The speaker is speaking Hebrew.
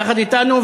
יחד אתנו,